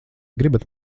gribat